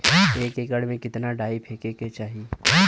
एक एकड़ में कितना डाई फेके के चाही?